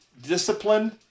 Discipline